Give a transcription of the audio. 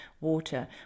water